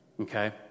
okay